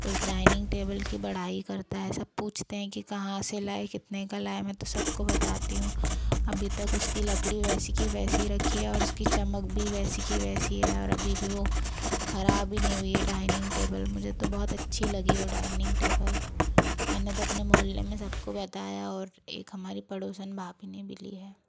उस dining table की बड़ाई करता है सब पूछते हैं कि कहा से लाए कितने का लाए मैं तो सबको बताती हुँ अभी तक उसकी लकड़ी वैसी की वैसी रखी है और उसकी चम्मक भी वैसी की वैसी है और अब्बी भी वो खराब भी नहीं हुई है डाइनिंग टेबल मुझे तो बहुत अच्छी लगी वो डाइनिंग टेबल मैंने तो अपने मोहल्ले में सबको बताया और एक हमारी पड़ोसन भाभी ने भी ली है